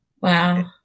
Wow